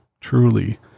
truly